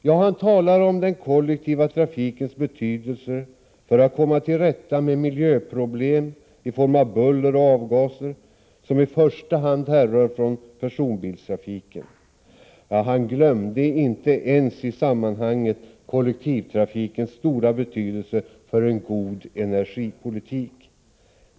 Ja, han talade om den kollektiva trafikens betydelse när det gäller att komma till rätta med de miljöproblem, i form av buller och avgaser, som i första hand härrör från personbilstrafiken. Han glömde inte ens i sammanhanget kollektivtrafikens stora betydelse för en god energipolitik.